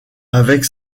avec